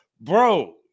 Bro